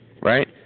right